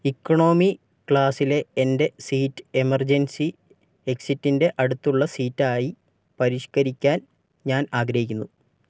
economy ക്ലാസിലെ എൻ്റെ seat emergency എക്സിറ്റിൻ്റെ അടുത്തുള്ള സീറ്റായി പരിഷ്ക്കരിക്കാൻ ഞാൻ ആഗ്രഹിക്കുന്നു